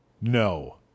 No